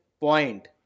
point